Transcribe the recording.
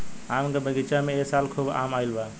आम के बगीचा में ए साल खूब आम आईल बा